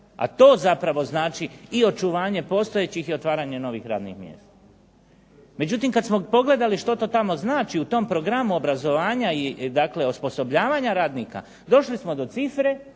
a to zapravo znači i očuvanje postojećih i otvaranje novih radnih mjesta. Međutim kad smo pogledali što to tamo znači u tom programu obrazovanja i dakle osposobljavanja radnika, došli smo do cifre,